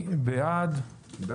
3 בעד.